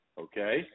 okay